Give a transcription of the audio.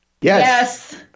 yes